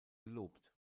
gelobt